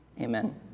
Amen